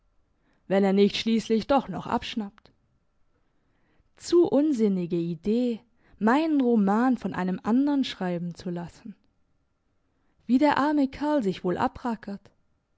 wenn er nicht schliesslich doch noch abschnappt zu unsinnige idee meinen roman von einem andern schreiben zu lassen wie der arme kerl sich wohl abrackert